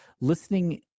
Listening